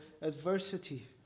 adversity